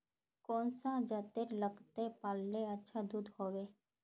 कौन सा जतेर लगते पाल्ले अच्छा दूध होवे?